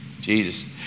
Jesus